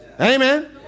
Amen